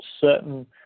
certain